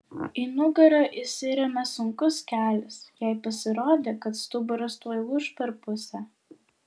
į nugarą įsirėmė sunkus kelis jai pasirodė kad stuburas tuoj lūš per pusę